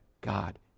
God